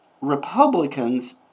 Republicans